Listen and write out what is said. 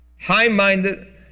high-minded